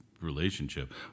relationship